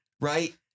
right